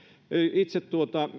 itse